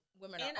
women